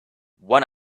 one